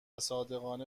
صادقانه